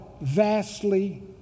vastly